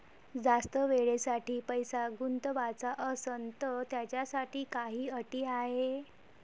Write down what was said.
जास्त वेळेसाठी पैसा गुंतवाचा असनं त त्याच्यासाठी काही अटी हाय?